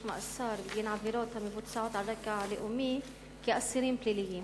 מאסר בגין עבירות המבוצעות על רקע לאומי כאסירים פליליים,